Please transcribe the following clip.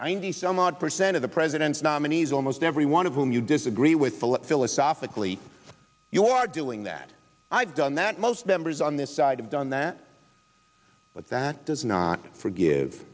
odd percent of the president's nominees almost everyone of whom you disagree with what philosophically you are doing that i've done that most members on this side of done that but that does not forgive